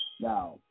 Now